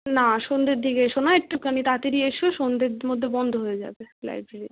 না সন্ধের দিকে এসো না একটুখানি তাড়াতাড়ি এসো সন্ধের মধ্যে বন্ধ হয়ে যাবে লাইব্রেরি